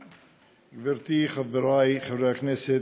גברתי, חברי חברי הכנסת,